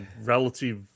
relative